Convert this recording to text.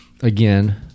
again